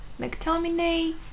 McTominay